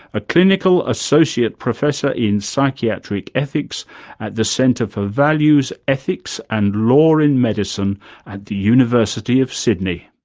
a clinical associate professor in psychiatric ethics at the centre for values, ethics and law in medicine at the university of sydney.